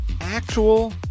actual